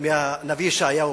מהנביא ישעיהו,